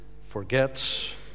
forgets